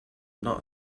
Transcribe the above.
not